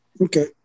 Okay